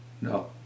No